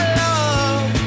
love